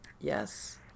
Yes